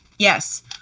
Yes